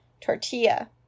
tortilla